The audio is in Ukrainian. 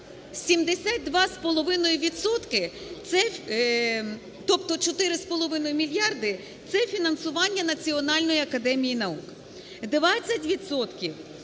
це фінансування Національної академії наук;